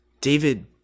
David